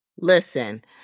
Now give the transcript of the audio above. Listen